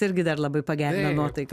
irgi dar labai pagerina nuotaiką